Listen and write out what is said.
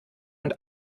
und